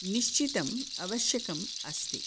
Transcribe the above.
निश्चितम् आवश्यकम् अस्ति